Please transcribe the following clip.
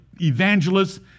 evangelists